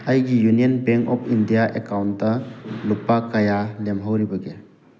ꯑꯩꯒꯤ union bank of India account ꯂꯨꯄꯥ ꯀꯌꯥ ꯂꯦꯝꯍꯧꯔꯤꯕꯒꯦ